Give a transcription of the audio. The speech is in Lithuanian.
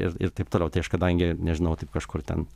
ir ir taip toliau tai aš kadangi nežinau taip kažkur ten